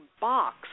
box